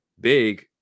big